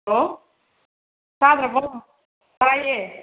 hello ꯇꯥꯗ꯭ꯔꯕꯣ ꯇꯥꯏꯌꯦ